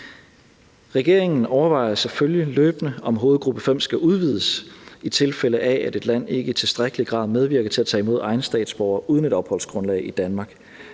Regeringen overvejer selvfølgelig løbende, om hovedgruppe 5 skal udvides, i tilfælde af at et land ikke i tilstrækkelig grad medvirker til at tage imod egne statsborgere uden et opholdsgrundlag i Danmark,